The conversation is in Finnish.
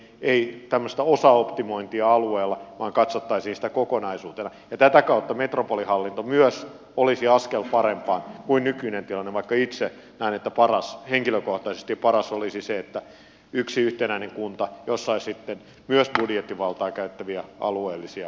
ei tämmöistä osaoptimointia alueella vaan katsottaisiin sitä kokonaisuutena ja tätä kautta metropolihallinto myös olisi askel parempaan kuin nykyinen tilanne vaikka itse näen että paras henkilökohtaisesti paras olisi yksi yhtenäinen kunta jossa olisi sitten myös budjettivaltaa käyttäviä alueellisia valtuustoja